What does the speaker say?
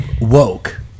woke